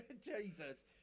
Jesus